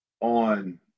on